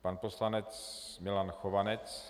Pan poslanec Milan Chovanec.